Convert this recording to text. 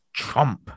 chomp